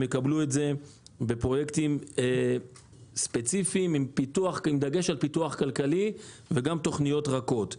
יקבלו את זה בפרויקטים ספציפיים עם דגש על פיתוח כלכלי וגם תוכניות רכות.